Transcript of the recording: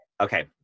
okay